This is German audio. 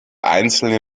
einzelne